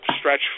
stretch